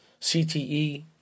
CTE